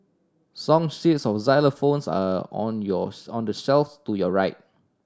song sheets of xylophones are on your on the shelf's to your right